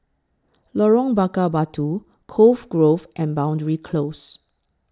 Lorong Bakar Batu Cove Grove and Boundary Close